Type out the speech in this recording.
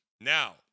Now